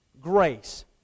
grace